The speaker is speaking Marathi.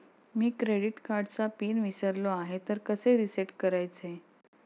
मी क्रेडिट कार्डचा पिन विसरलो आहे तर कसे रीसेट करायचे?